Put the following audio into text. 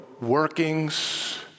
workings